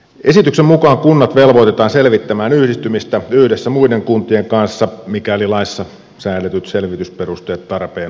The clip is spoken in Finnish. esityksen mukaan kunnat velvoitetaan selvittämään yhdistymistä yhdessä muiden kuntien kanssa mikäli laissa säädetyt selvitysperusteet tarpeen osoittavat